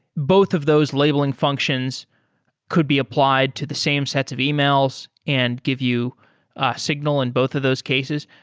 both of those labeling functions could be applied to the same sets of emails and give you a signal in both of those cases.